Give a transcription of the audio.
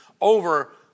over